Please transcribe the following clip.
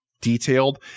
detailed